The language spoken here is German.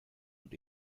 und